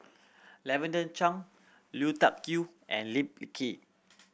Lavender Chang Lui Tuck Yew and Lee Kip